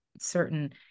certain